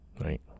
right